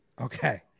Okay